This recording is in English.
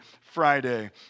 Friday